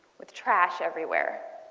with trash everywhere.